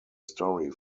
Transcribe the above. story